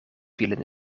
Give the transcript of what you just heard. vielen